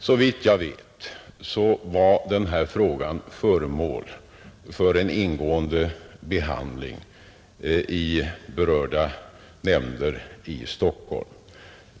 Såvitt jag vet var den här frågan föremål för en ingående behandling i berörda nämnder i Stockholm.